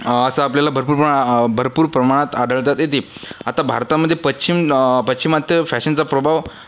असं आपल्याला भरपूर प भरपूर प्रमाणात आढळतात येते आता भारतामध्ये पश्चिम पाश्चिमात्य फॅशनचा प्रभाव